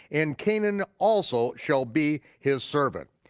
and canaan also shall be his servant.